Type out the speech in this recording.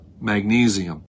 magnesium